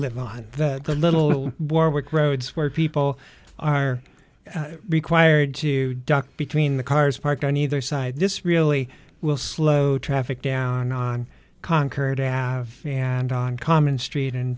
live on the little warwick roads where people are required to duck between the cars parked on either side this really will slow traffic down on concord and on common street and